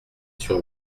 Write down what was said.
sur